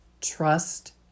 Trust